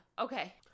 Okay